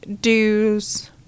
dues